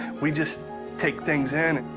we just take things in.